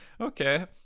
okay